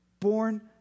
born